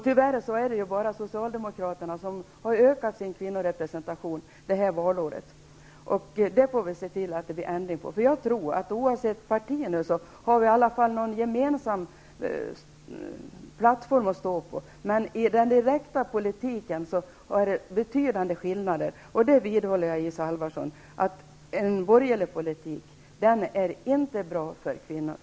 Tyvärr är det bara Socialdemokraterna som har ökat sin kvinnorepresentation vid det senaste valet. Vi får se till att det blir en ändring. Jag tror att vi oavsett parti har en gemensam plattform att stå på. Men i den direkta politiken finns betydande skillnader. Jag vidhåller, Isa Halvarsson, att en borgerlig politik inte är bra för kvinnorna.